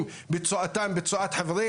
תודה רבה.